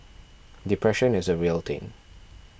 depression is a real thing